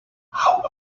how